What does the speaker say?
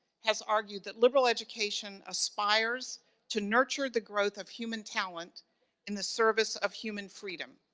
has argued that, liberal education aspires to nurture the growth of human talent in the service of human freedom.